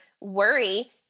worry